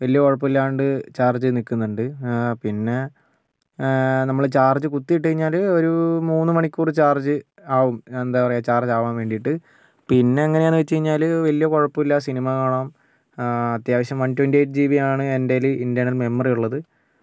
വലിയ കുഴപ്പമില്ലാതെ ചാർജ് നിൽക്കുന്നുണ്ട് പിന്നേ നമ്മള് ചാർജ് കുത്തിയിട്ട് കഴിഞ്ഞാൽ ഒരു മൂന്ന് മണിക്കൂർ ചാർജ് ആവും എന്താ പറയുക ചാർജ് ആകാൻ വേണ്ടിയിട്ട് പിന്നെ എങ്ങനെയാന്ന് വച്ചാൽ വലിയ കുഴപ്പമില്ല സിനിമ കാണാം അത്യാവശ്യം one twenty eight G B യാണ് എന്റെ കയ്യിൽ മെമ്മറി ഉള്ളത്